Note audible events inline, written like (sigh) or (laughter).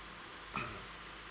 (noise)